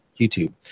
YouTube